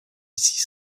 six